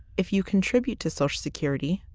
if you contribute to social security,